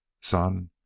son